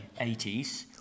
80s